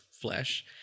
flesh